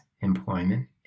employment